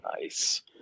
Nice